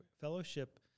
fellowship